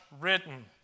written